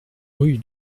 rue